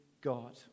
God